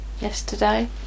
yesterday